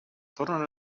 tornen